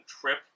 trip